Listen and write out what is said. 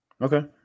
Okay